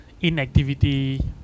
Inactivity